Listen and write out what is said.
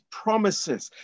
promises